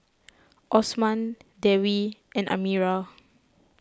Osman Dewi and Amirah